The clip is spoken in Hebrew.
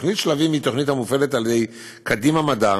תוכנית שלבים מופעלת על ידי קדימה מדע,